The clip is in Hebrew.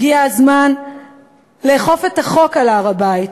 הגיע הזמן לאכוף את החוק על הר-הבית,